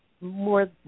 more